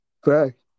Correct